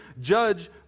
judge